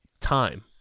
time